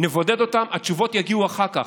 נבודד אותם, התשובות יגיעו אחר כך.